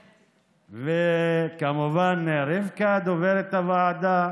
כמובן, רבקה, דוברת הוועדה,